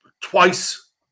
Twice